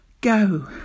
go